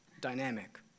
dynamic